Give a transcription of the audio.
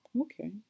Okay